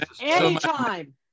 Anytime